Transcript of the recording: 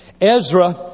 Ezra